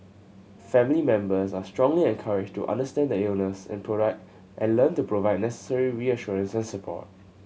family members are strongly encouraged to understand the illness and provide and learn to provide necessary reassurance and support